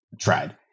tried